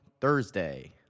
Thursday